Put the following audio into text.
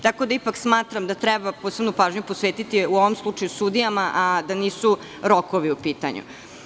Tako da smatram da treba posebnu pažnju posvetiti sudijama, a da nisu rokovi u pitanju.